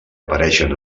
apareixen